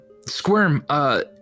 Squirm